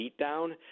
beatdown